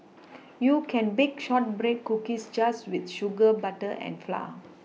you can bake shortbread cookies just with sugar butter and flour